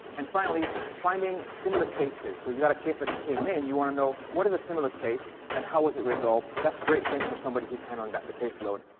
and finally, finding similar cases. so you got a case that came in. you want to know, what is a similar case, and how was it resolved? that's great hints for somebody who's handling the case load.